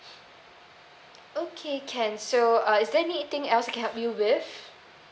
okay can so uh is there anything else I can help you with